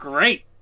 Great